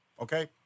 okay